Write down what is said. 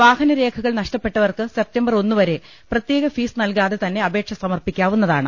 വാഹനരേഖകൾ നഷ്ടപ്പെട്ടവർക്ക് സെപ്റ്റംബർ ഒന്നുവരെ പ്രത്യേക ഫീസ് നൽകാതെ തന്നെ അപേക്ഷ സമർപ്പിക്കാവുന്നതാണ്